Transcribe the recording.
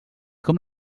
com